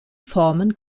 formen